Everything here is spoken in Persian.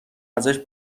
ازش